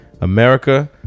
America